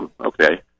Okay